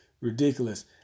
ridiculous